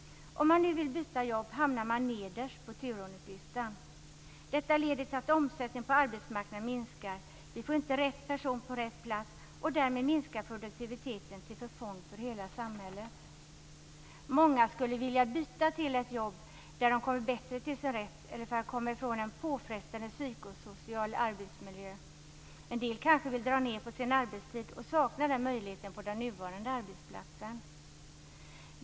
Om man vill byta jobb hamnar man nederst på turordningslistan. Detta leder till att omsättningen på arbetsmarknaden minskar. Det blir inte rätt person på rätt plats och därmed minskar produktiviteten, till förfång för hela samhället. Många skulle vilja byta till ett jobb där de bättre kommer till sin rätt eller för att komma ifrån en påfrestande psykosocial arbetsmiljö. En del vill kanske dra ned på sin arbetstid men saknar den möjligheten på den nuvarande arbetsplatsen.